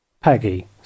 Peggy